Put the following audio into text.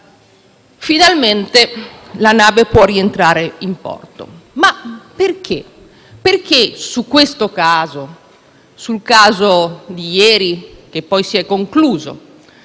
Finalmente la nave può rientrare in porto. Ma perché? Perché su questo caso, sul caso di ieri - che poi si è concluso